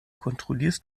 kontrollierst